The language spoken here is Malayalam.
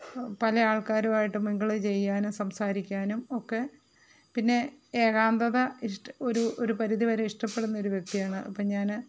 പല ആള്ക്കാരുമായിട്ട് മിങ്കിള് ചെയ്യാനും സംസാരിക്കാനും ഒക്കെ പിന്നെ ഏകാന്ധത ഒരു ഒരു പരുതിവരെ ഇഷ്ടപ്പെടുന്ന ഒരു വ്യക്തിയാണ് അപ്പോൾ ഞാൻ